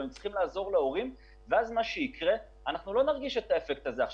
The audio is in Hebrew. אנחנו לא נרגיש את האפקט הזה עכשיו,